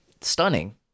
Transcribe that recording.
stunning